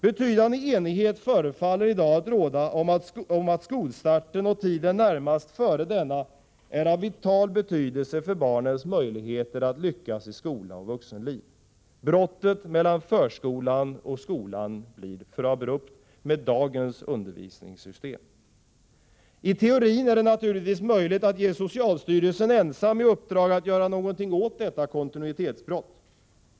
Betydande enighet förefaller i dag råda om att skolstarten och tiden närmast före denna är av vital betydelse för barnens möjligheter att lyckas i skola och vuxenliv. Brottet mellan förskolan och skolan blir för abrupt med dagens undervisningssystem. I teorin är det naturligtvis möjligt att ge socialstyrelsen ensam i uppdrag att göra någonting åt detta kontinuitetsbrott.